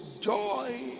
joy